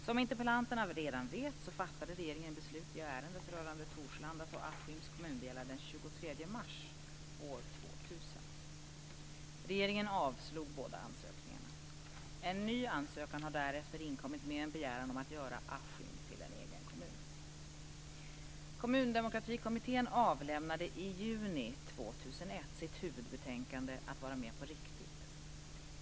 Som interpellanterna redan vet fattade regeringen beslut i ärendet rörande Torslandas och Askims kommundelar den 23 mars 2000. Regeringen avslog båda ansökningarna. En ny ansökan har därefter inkommit med en begäran om att göra Askim till en egen kommun.